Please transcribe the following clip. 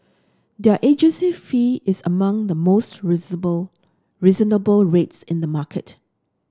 their agency fee is among the most reasonable rates in the market